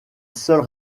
seule